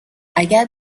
اگر